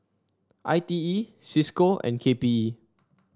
I T E Cisco and K P E